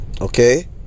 okay